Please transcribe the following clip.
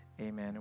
amen